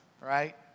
right